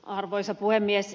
arvoisa puhemies